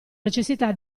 necessità